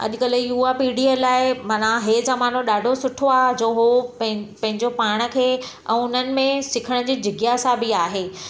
अॼुकल्ह युवा पीढ़ीअ लाइ माना इहे ज़मानो ॾाढो सुठो आहे जो उहो पैन पंहिंजो पाण खे ऐं हुननि में सिखण जी जिज्ञासा बि आहे